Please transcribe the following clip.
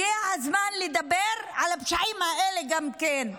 הגיע הזמן לדבר על הפשעים האלה גם כן,